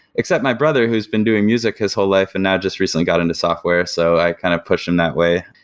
except my brother who's been doing music his whole life and now just recently got into software, so i kind of pushed him that way.